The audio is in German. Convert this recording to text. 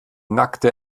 nackte